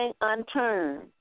unturned